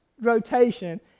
rotation